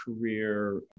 career